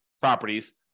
properties